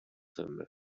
him